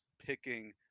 picking